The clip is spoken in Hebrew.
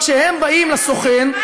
כשהם באים לסוכן,